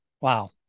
Wow